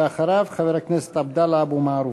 ואחריו, חבר הכנסת עבדאללה אבו מערוף.